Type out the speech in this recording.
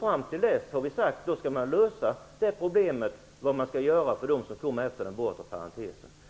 Fram till dess, det har vi sagt, skall vi lösa problemet med den bortre parentesen.